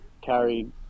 carried